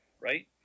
right